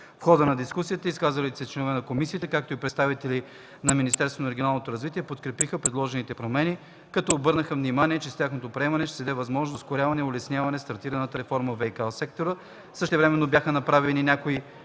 В хода на дискусията изказалите се членове на комисията, както и представителите на Министерството на регионалното развитие подкрепиха предложените промени, като обърнаха внимание, че с тяхното приемане ще се даде възможност за ускоряване и улесняване на стартираната реформа във ВиК сектора. Същевременно бяха направени